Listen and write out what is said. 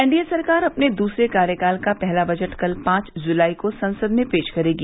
NDA सरकार अपने दूसरे कार्यकाल का पहला बजट कल पांच जुलाई को संसद में पेश करेगी